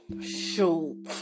shoot